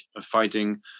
fighting